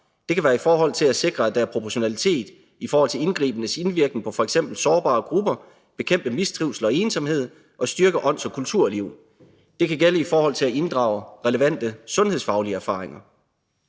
Det kan være i forhold til at sikre, at der er proportionalitet, i forhold til indgrebenes indvirkning på f.eks. sårbare grupper, at bekæmpe mistrivsel og ensomhed og at styrke ånds- og kulturliv. Det kan gælde i forhold til at inddrage relevante sundhedsfaglige erfaringer.